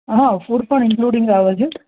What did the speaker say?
હા ફૂડ પણ ઇન્ક્લુડિંગ આવે છે